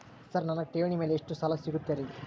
Sir ನನ್ನ ಠೇವಣಿ ಮೇಲೆ ಎಷ್ಟು ಸಾಲ ಸಿಗುತ್ತೆ ರೇ?